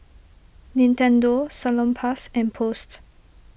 Nintendo Salonpas and Post